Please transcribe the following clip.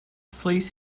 fleece